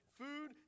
food